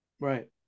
Right